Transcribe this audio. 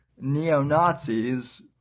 neo-Nazis